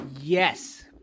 Yes